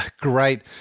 great